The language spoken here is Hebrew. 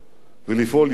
ולפעול יחד